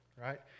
right